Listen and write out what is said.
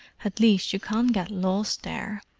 at least you can't get lost there,